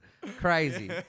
Crazy